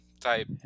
type